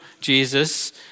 Jesus